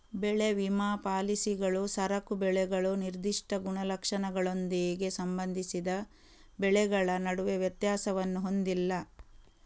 ಬೆಳೆ ವಿಮಾ ಪಾಲಿಸಿಗಳು ಸರಕು ಬೆಳೆಗಳು ನಿರ್ದಿಷ್ಟ ಗುಣಲಕ್ಷಣಗಳೊಂದಿಗೆ ಸಂಬಂಧಿಸಿದ ಬೆಳೆಗಳ ನಡುವೆ ವ್ಯತ್ಯಾಸವನ್ನು ಹೊಂದಿಲ್ಲ